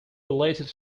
relative